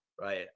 right